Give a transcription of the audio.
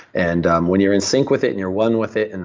and um when you're in sync with it, and you're one with it, and